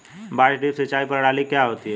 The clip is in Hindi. बांस ड्रिप सिंचाई प्रणाली क्या होती है?